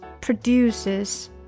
produces